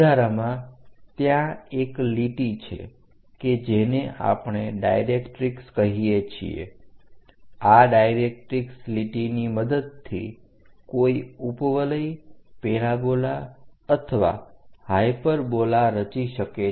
વધારામાં ત્યાં એક લીટી છે કે જેને આપણે ડાઇરેક્ટરીક્ષ કહીએ છીએ આ ડાઇરેક્ટરીક્ષ લીટીની મદદથી કોઈ ઉપવલય પેરાબોલા અથવા હાઇપરબોલા રચી શકે છે